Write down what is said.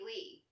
Lee